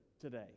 today